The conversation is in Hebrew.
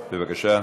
בבקשה.